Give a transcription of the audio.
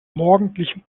morgendlichen